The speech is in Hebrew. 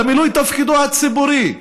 למילוי תפקידו הציבורי.